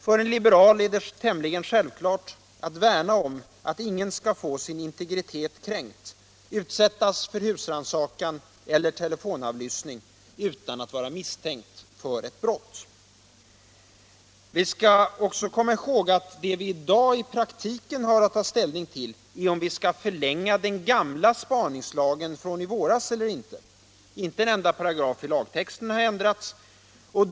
För en liberal är det tämligen självklart att värna om att ingen skall få sin integritet kränkt, utsättas för husrannsakan eller telefonavlyssning utan att vara misstänkt för ett brott. Vi skall också komma ihåg att det vi i dag i praktiken har att ta ställning till är om vi skall förlänga den gamla spaningslagen från i våras eller inte. Inte en enda paragraf i lagtexten har ändrats.